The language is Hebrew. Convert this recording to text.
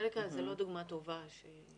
אמריקה היא לא דוגמה טובה כאן.